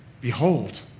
behold